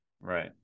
Right